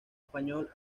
español